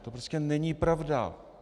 To prostě není pravda.